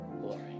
glory